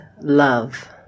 love